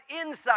inside